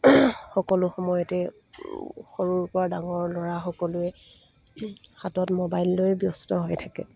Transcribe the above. সকলো সময়তে সৰুৰ পৰা ডাঙৰ ল'ৰা সকলোৱে হাতত মোবাইল লৈ ব্যস্ত হৈ থাকে